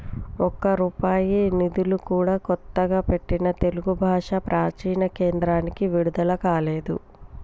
ఒక్క రూపాయి నిధులు కూడా కొత్తగా పెట్టిన తెలుగు భాషా ప్రాచీన కేంద్రానికి విడుదల కాలేదు